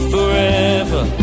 Forever